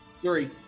three